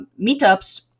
meetups